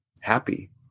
happy